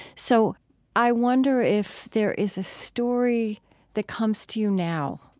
so i wonder if there is a story that comes to you now,